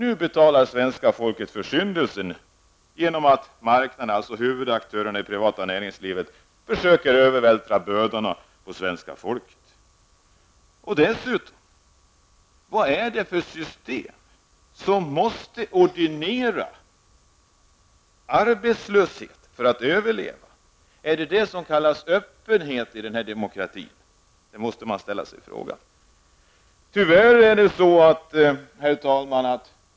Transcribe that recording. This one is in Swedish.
Svenska folket betalar nu försyndelsen genom att marknaden, dvs. huvudaktörerna i det privata näringslivet, försöker övervältra bördorna på folket. Vad är det för system som måste ordinera arbetslöshet för att överleva? Är det detta som kallas för öppenhet i en demokrati? Herr talman!